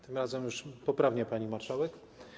Tym razem już poprawnie, pani marszałek.